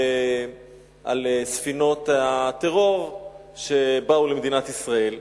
על ספינות הטרור שבאו למדינת ישראל.